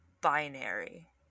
binary